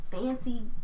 fancy